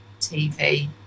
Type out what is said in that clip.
TV